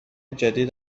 جدید